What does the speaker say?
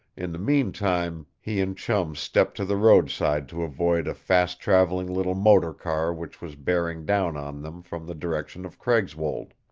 in the meantime he and chum stepped to the roadside to avoid a fast-traveling little motor car which was bearing down on them from the direction of craigswold.